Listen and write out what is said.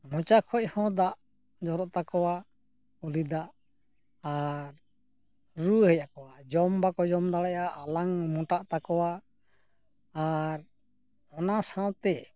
ᱢᱚᱪᱟ ᱠᱷᱚᱱ ᱦᱚᱸ ᱫᱟᱜ ᱡᱚᱨᱚᱜ ᱛᱟᱠᱚᱣᱟ ᱩᱞᱤᱫᱟᱜ ᱟᱨ ᱨᱩᱣᱟᱹ ᱦᱮᱡ ᱟᱠᱚᱣᱟ ᱡᱚᱢ ᱵᱟᱠᱚ ᱡᱚᱢ ᱫᱟᱲᱮᱭᱟᱜᱼᱟ ᱟᱞᱟᱝ ᱢᱚᱴᱟᱜ ᱛᱟᱠᱚᱣᱟ ᱟᱨ ᱚᱱᱟ ᱥᱟᱶᱛᱮ